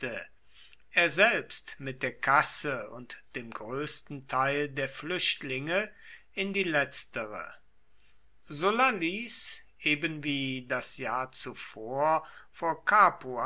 er selbst mit der kasse und dem größten teil der flüchtlinge in die letztere sulla ließ ebenwie das jahr zuvor vor